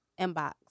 inbox